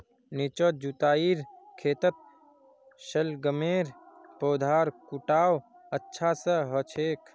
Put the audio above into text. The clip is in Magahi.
निचोत जुताईर खेतत शलगमेर पौधार फुटाव अच्छा स हछेक